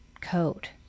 code